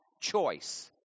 choice